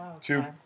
two